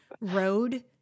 Road